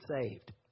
saved